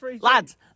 Lads